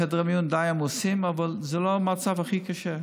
חדרי המיון די עמוסים, אבל זה לא המצב הכי קשה.